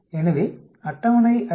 எனவே அட்டவணை 5